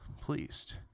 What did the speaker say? pleased